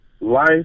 Life